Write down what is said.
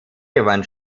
gewann